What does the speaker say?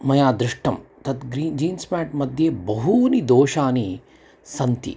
मया दृष्टं तद् ग्री जीन्स् पाण्ट् मध्ये बहूनि दोषाणि सन्ति